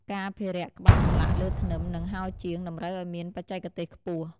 ការអភិរក្សក្បាច់ចម្លាក់លើធ្នឹម និងហោជាងតម្រូវឱ្យមានបច្ចេកទេសខ្ពស់។